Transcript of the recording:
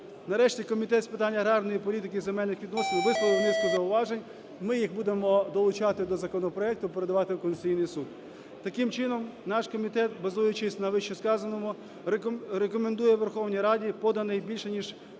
Нарешті Комітет з питань аграрної політики та земельних відносин висловив низку зауважень. Ми їх будемо долучати до законопроекту, передавати в Конституційний Суд. Таким чином, наш комітет, базуючись на вищесказаному, рекомендує Верховній Раді поданий більше ніж